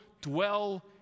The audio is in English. dwell